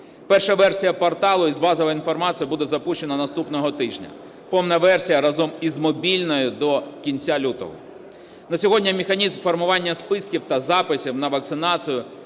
Перша версія порталу з базовою інформацією буде запущено наступного тижня, повна версія разом з мобільною – до кінця лютого. На сьогодні механізм формування списків та записів на вакцинацію